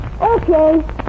Okay